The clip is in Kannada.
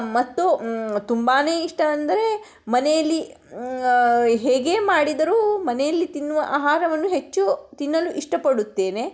ಮತ್ತು ತುಂಬನೇ ಇಷ್ಟ ಅಂದರೆ ಮನೆಯಲ್ಲಿ ಹೇಗೆ ಮಾಡಿದರು ಮನೆಯಲ್ಲಿ ತಿನ್ನುವ ಆಹಾರವನ್ನು ಹೆಚ್ಚು ತಿನ್ನಲು ಇಷ್ಟಪಡುತ್ತೇನೆ